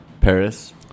Paris